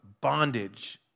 bondage